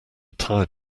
tide